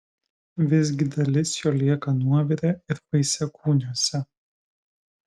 visgi dalis jo lieka nuovire ir vaisiakūniuose